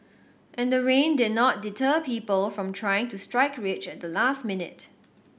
and the rain did not deter people from trying to strike rich at the last minute